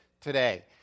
today